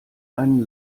einen